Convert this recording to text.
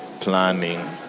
planning